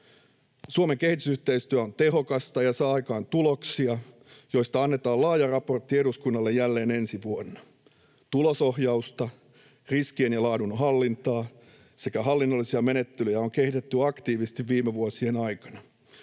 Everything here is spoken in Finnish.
Suomen kehitysyhteistyö on tehokasta ja saa aikaan tuloksia, joista annetaan laaja raportti eduskunnalle jälleen ensi vuonna. Tulosohjausta, riskien ja laadun hallintaa sekä hallinnollisia menettelyjä on kehitetty aktiivisesti viime vuosien aikana,